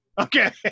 Okay